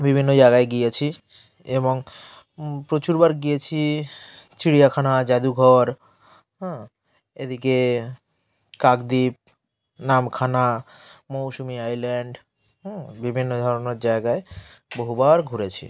বিভিন্ন জায়গায় গিয়েছি এবং প্রচুর বার গিয়েছি চিড়িয়াখানা যাদুঘর হ্যাঁ এদিকে কাকদ্বীপ নামখানা মৌসুনি আইল্যান্ড বিভিন্ন ধরনের জায়গায় বহুবার ঘুরেছি